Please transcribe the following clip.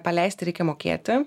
paleisti reikia mokėti